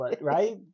right